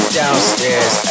downstairs